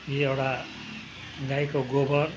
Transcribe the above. यो एउटा गाईको गोबर